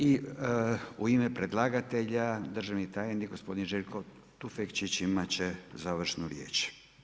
I u ime predlagatelja državni tajnik gospodin Željko Tufekčić imat će završnu riječ.